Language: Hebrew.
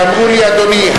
ואמרו לי: אדוני,